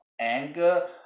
anger